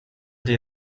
die